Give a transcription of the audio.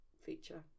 feature